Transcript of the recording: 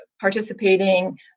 participating